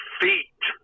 feet